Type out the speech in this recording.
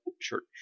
church